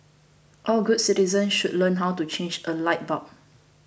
all good citizens should learn how to change a light bulb